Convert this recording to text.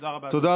תודה רבה, אדוני.